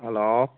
hello